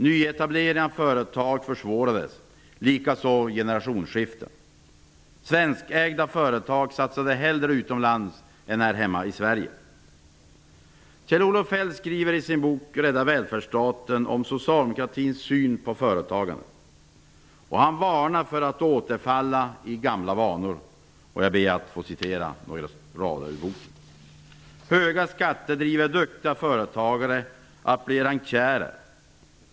Nyetablering av företag försvårades, likaså generationsskiften. Svenskägda företag satsade hellre utomlands än här hemma i Sverige. Kjell-Olof Feldt skriver i sin bok Rädda välfärdsstaten om socialdemokratins syn på företagande. Han varnar för att återfalla till gamla vanor. Jag ber att få citera några rader ur boken: ''-- höga skatter driver duktiga företagare att bli rentierer.